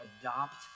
adopt